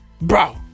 Bro